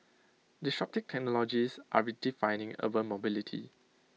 disruptive technologies are redefining urban mobility